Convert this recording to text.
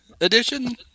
edition